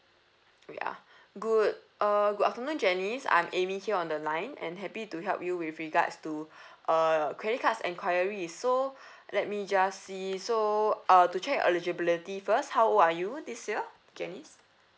we are good uh good afternoon janice I'm amy here on the line and happy to help you with regards to uh credit cards enquiry so let me just see so uh to check eligibility first how old are you this year janice